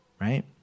right